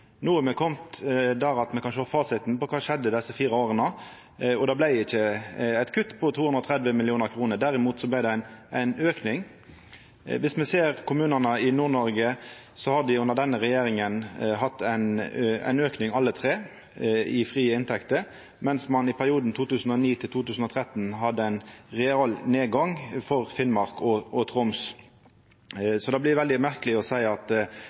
No er me komne dit at me kan sjå fasiten for kva som har skjedd desse fire åra. Det vart ikkje eit kutt på 230 mill. kr. Derimot vart det ein auke. Dersom me ser på kommunane i alle dei tre fylka i Nord-Noreg, ser ein at dei under denne regjeringa har hatt ein auke i frie inntekter, mens ein i perioden 2009–2013 hadde ein realnedgang for Finnmark og Troms. Det blir veldig merkeleg å seia at